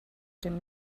dem